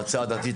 מועצה דתית,